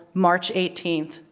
march eighteenth.